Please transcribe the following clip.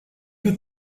you